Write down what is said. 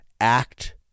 act